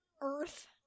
earth